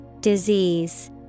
Disease